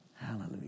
Hallelujah